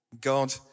God